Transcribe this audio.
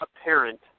apparent